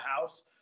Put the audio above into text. house